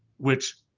which